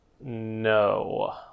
No